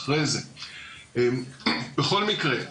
בכל מקרה,